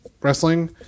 wrestling